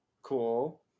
Cool